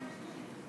נתקבלו.